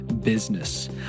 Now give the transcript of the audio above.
business